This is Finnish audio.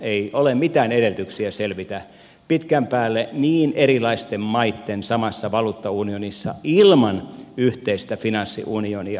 ei ole mitään edellytyksiä selvitä pitkän päälle niin erilaisten maitten samassa valuuttaunionissa ilman yhteistä finanssiunionia